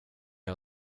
jag